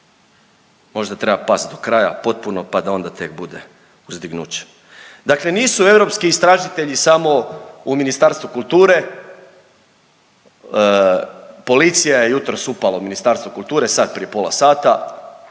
možda treba past do kraja potpuno, pa da onda tek bude uzdignuće. Dakle, nisu europski istražitelji samo u Ministarstvu kulture, policija je jutros upala u Ministarstvo kulture, sad prije pola sata,